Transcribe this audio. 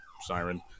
siren